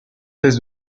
test